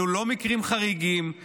אלו לא מקרים חריגים,